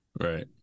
right